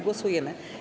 Głosujemy.